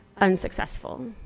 unsuccessful